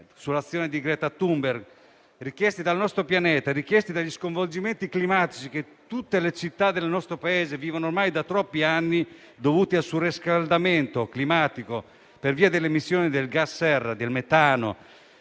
dall'azione di Greta Thunberg, richiesti dal nostro Pianeta e dagli sconvolgimenti climatici che tutte le città del nostro Paese vivono ormai da troppi anni, dovuti al surriscaldamento climatico per via delle emissioni dei gas serra, del metano,